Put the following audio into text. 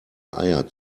eier